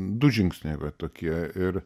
du žingsniai va tokie ir